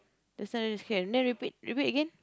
the sun is here then repeat repeat again